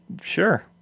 Sure